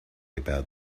about